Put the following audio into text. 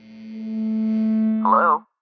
Hello